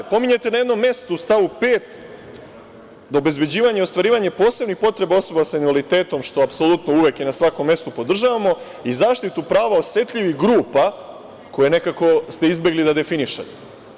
Pominjete na jednom mestu u stavu 5. da obezbeđivanje i ostvarivanje posebnih potreba osoba sa invaliditetom, što apsolutno uvek i na svakom mestu podržavamo, i zaštitu prava osetljivih grupa, koje nekako ste izbegli da definišete.